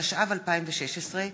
התשע"ו 2016,